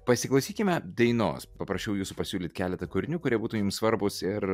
pasiklausykime dainos paprašiau jūsų pasiūlyt keletą kūrinių kurie būtų jums svarbūs ir